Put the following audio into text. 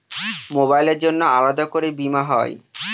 মোবাইলের জন্য আলাদা করে বীমা হয়?